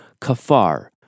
kafar